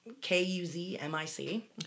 K-U-Z-M-I-C